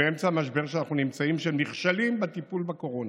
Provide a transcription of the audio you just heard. שבאמצע המשבר שאנחנו נמצאים בו הם נכשלים בטיפול בקורונה,